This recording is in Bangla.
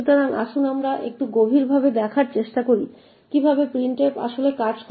সুতরাং আসুন আমরা একটু গভীরভাবে দেখার চেষ্টা করি কিভাবে printf আসলে কাজ করে